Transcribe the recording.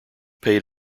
paid